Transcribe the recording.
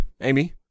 Amy